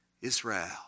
Israel